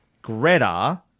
Greta